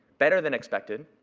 better than expected,